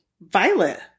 Violet